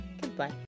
goodbye